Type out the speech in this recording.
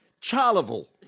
Charleville